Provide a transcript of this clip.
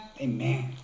Amen